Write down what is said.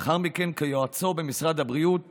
לאחר מכן כיועצו במשרד הבריאות